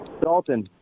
Dalton